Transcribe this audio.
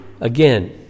Again